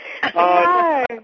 Hi